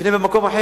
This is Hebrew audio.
יבנה במקום אחר.